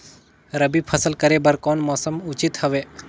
रबी फसल करे बर कोन मौसम उचित हवे?